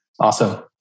Awesome